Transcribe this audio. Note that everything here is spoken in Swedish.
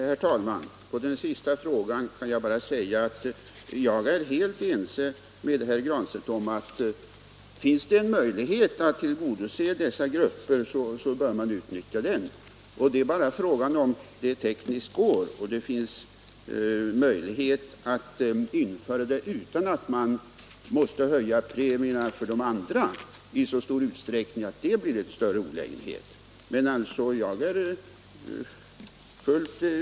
Herr talman! På den senaste frågan kan jag svara, att jag i princip är helt ense med herr Granstedt om att finns det en möjlighet att till godose dessa grupper så bör man utnyttja den. Frågan är bara om det — Nr 132 finns teknisk möjlighet att göra detta utan att man måste höja premierna Måndagen den för de andra i sådan utsträckning att det blir en större olägenhet.